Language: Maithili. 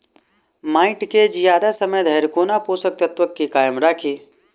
माटि केँ जियादा समय धरि कोना पोसक तत्वक केँ कायम राखि?